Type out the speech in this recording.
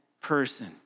person